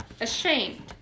ashamed